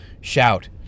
shout